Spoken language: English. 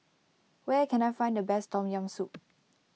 where can I find the best Tom Yam Soup